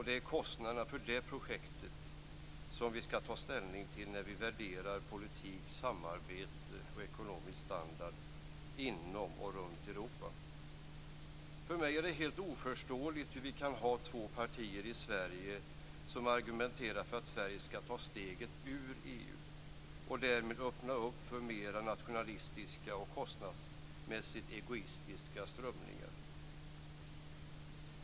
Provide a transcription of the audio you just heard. Det är kostnaderna för det projektet som vi skall ta ställning till när vi värderar politik, samarbete och ekonomisk standard inom och runt För mig är det helt oförståeligt hur vi kan ha två partier i Sverige som argumenterar för att Sverige skall ta steget ur EU och därmed öppna upp för mer nationalistiska och kostnadsmässigt egoistiska strömningar.